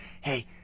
hey